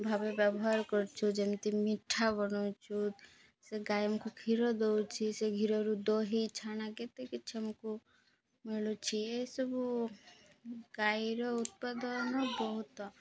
ଭାବେ ବ୍ୟବହାର କରୁଛୁ ଯେମିତି ମିଠା ବନଉଛୁ ସେ ଗାଈ ଆମକୁ କ୍ଷୀର ଦଉଛି ସେ କ୍ଷୀରରୁ ଦହି ଛେନା କେତେ କିଛି ଆମକୁ ମିଳୁଛି ଏସବୁ ଗାଈର ଉତ୍ପାଦନ ବହୁତ